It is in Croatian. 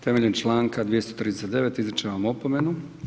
Temeljem članka 239. izričem vam opomenu.